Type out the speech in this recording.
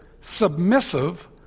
submissive